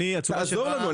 תעזור לנו,